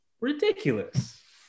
ridiculous